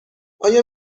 آیا